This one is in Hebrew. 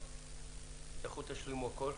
את הדיון, לכו תשלימו הכול,